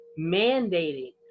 mandating